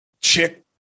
chick